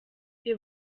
wir